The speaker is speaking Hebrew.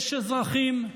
יש אזרחים,